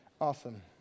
Awesome